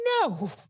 no